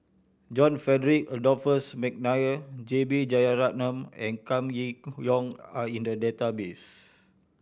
John Frederick Adolphus McNair J B Jeyaretnam and Kam Kee Yong are in the database